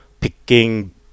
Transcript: picking